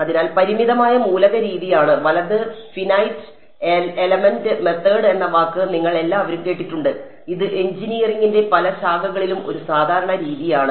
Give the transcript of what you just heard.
അതിനാൽ പരിമിതമായ മൂലക രീതിയാണ് വലത് ഫിനൈറ്റ് എലമെന്റ് മെത്തേഡ് എന്ന വാക്ക് നിങ്ങൾ എല്ലാവരും കേട്ടിട്ടുണ്ട് ഇത് എഞ്ചിനീയറിംഗിന്റെ പല ശാഖകളിലും ഒരു സാധാരണ രീതിയാണ്